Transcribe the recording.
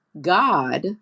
god